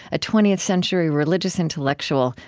a twentieth century religious intellectual,